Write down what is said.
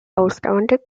ausdauernde